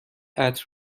عطر